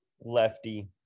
lefty